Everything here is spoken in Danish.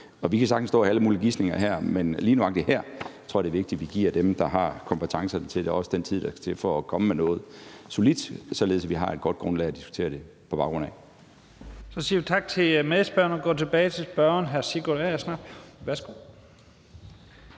Vi kan sagtens stå og have alle mulige gisninger her, men lige nøjagtig her tror jeg det er vigtigt, at vi giver dem, der har kompetencerne til det, den tid, der skal til for at komme med noget solidt, således at vi har et godt grundlag at diskutere det på. Kl. 13:51 Første næstformand (Leif Lahn Jensen): Så siger vi tak til medspørgeren og går tilbage til spørgeren.